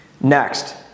Next